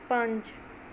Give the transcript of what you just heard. ਪੰਜ